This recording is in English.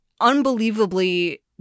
unbelievably